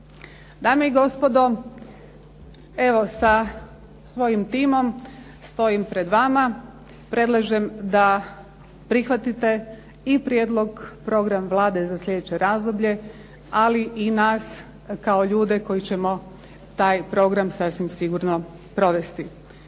Dame i gospodo, evo sa svojim timom stojim pred vama, predlažem da prihvatite i prijedlog i program Vlade za sljedeće razdoblje, ali i nas kao ljude koji ćemo taj program sasvim sigurno provesti.